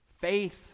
Faith